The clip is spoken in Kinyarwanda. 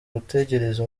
gutegereza